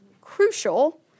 crucial